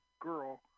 girl